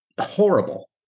horrible